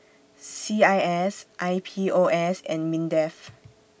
C I S I P O S and Mindef